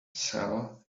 sell